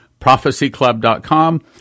prophecyclub.com